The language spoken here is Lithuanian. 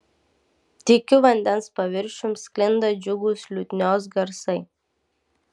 tykiu vandens paviršium sklinda džiugūs liutnios garsai